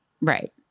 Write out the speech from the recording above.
Right